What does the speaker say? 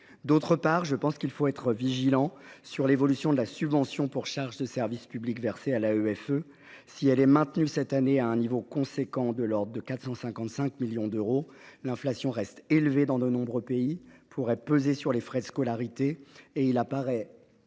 D’autre part, il faut être vigilant quant à l’évolution de la subvention pour charges de service public versée à l’AEFE. Si elle est maintenue cette année à un niveau important, de l’ordre de 454,9 millions d’euros, l’inflation reste encore élevée dans de nombreux pays et pourrait peser sur les frais de scolarité des